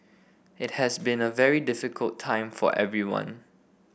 it has been a very difficult time for everyone